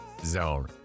Zone